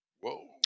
Whoa